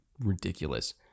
ridiculous